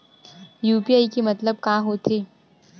UPI के मतलब का होथे?